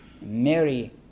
Mary